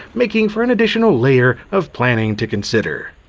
making for an additional layer of planning to consider.